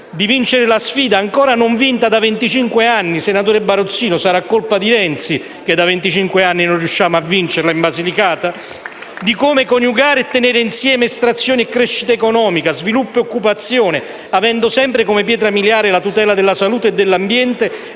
di vincere la sfida ancora non vinta da venticinque anni - senatore Barozzino, sarà colpa di Renzi se da venticinque anni non riusciamo a vincerla in Basilicata? *(Applausi dal Gruppo PD)*- di come coniugare e tenere insieme estrazioni e crescita economica, sviluppo e occupazione, avendo sempre come pietra miliare la tutela della salute e dell'ambiente